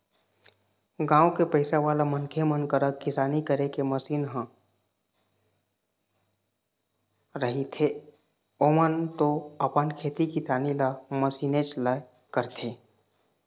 गाँव के पइसावाला मनखे मन करा किसानी करे के मसीन मन ह रहिथेए ओमन तो अपन खेती किसानी ल मशीनेच ले करथे